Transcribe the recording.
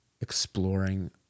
exploring